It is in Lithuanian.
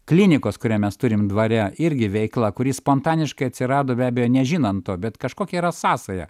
klinikos kurią mes turim dvare irgi veikla kuri spontaniškai atsirado be abejo nežinant to bet kažkokia yra sąsaja